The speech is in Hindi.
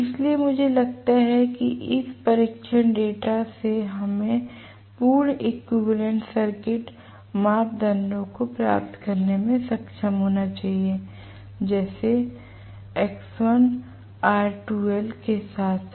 इसलिए मुझे लगता है कि इस परीक्षण डेटा से हमें पूर्ण इक्विवेलेंट सर्किट मापदंडों को प्राप्त करने में सक्षम होना चाहिए जैसे X1 के साथ साथ